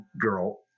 girl